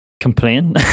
complain